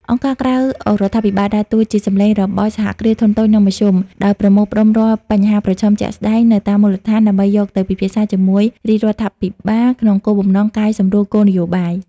អង្គការក្រៅរដ្ឋាភិបាលដើរតួជា "សំឡេងរបស់ សហគ្រាសធុនតូច និងមធ្យម " ដោយប្រមូលផ្ដុំរាល់បញ្ហាប្រឈមជាក់ស្ដែងនៅតាមមូលដ្ឋាន ដើម្បីយកទៅពិភាក្សាជាមួយរាជរដ្ឋាភិបាលក្នុងគោលបំណងកែសម្រួលគោលនយោបាយ។